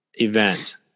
event